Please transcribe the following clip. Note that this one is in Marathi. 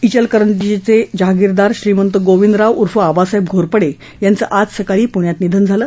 ा चेलकरंजीचे जहागीरदार श्रीमंत गोविंदराव उर्फ आबासाहेब घोरपडे यांचं आज सकाळी पृण्यात निधन झालं